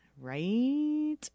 Right